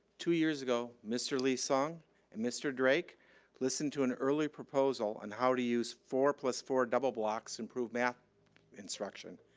two years ago mr. lee-sung and mr. drake listened to an early proposal on how to use four plus four double blocks to improve math instruction.